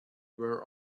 were